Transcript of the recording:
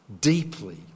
deeply